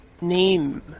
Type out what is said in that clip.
name